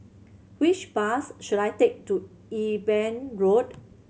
which bus should I take to Eben Road